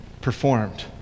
performed